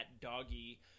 doggy